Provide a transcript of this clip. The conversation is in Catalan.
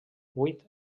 vuit